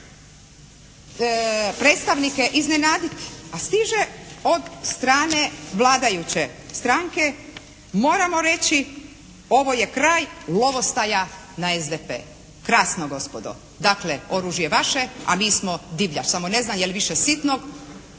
predstavnike iznenaditi, a stiže od strane vladajuće stranke. Moramo reći ovo je kraj lovostaja na SDP. Krasno gospodo! Dakle, oružje je vaše a mi smo divljač, samo ne znam je li više sitnog